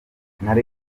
nari